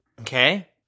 okay